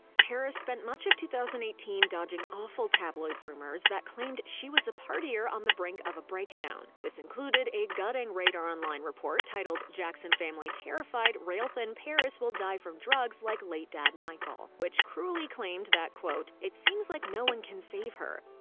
paris spent much of two thousand and eighteen dodging awful tabloid rumors that claimed she was a partier on the brink of a breakdown. this included a gutting radar online report titled jackson family terrified rail-thin paris will die from drugs like late dad michael, which cruelly claimed that, quote, it seems like no one can save her.